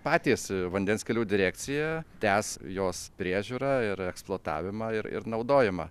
patys vandens kelių direkcija tęs jos priežiūrą ir eksploatavimą ir ir naudojimą